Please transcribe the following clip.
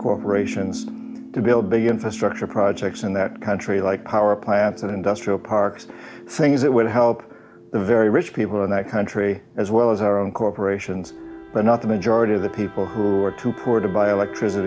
corporations to build big infrastructure projects in that country like power plants and industrial parks things that would help the very rich people in that country as well as our own corporations but not the majority of the people who are too poor to buy a le